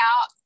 out